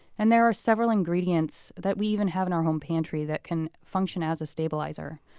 and there are several ingredients that we even have in our home pantry that can function as a stabilizer,